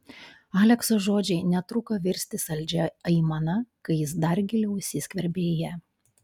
alekso žodžiai netruko virsti saldžia aimana kai jis dar giliau įsiskverbė į ją